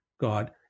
God